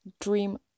Dream